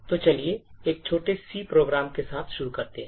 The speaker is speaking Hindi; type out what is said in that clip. तो चलिए एक छोटे C प्रोग्राम के साथ शुरू करते हैं